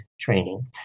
training